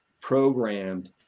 programmed